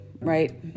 right